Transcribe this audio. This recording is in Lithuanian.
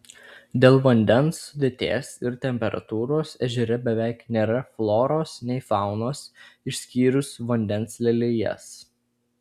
dėl vandens sudėties ir temperatūros ežere beveik nėra floros nei faunos išskyrus vandens lelijas